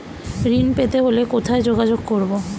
ঋণ পেতে হলে কোথায় যোগাযোগ করব?